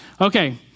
Okay